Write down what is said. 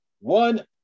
one